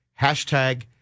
Hashtag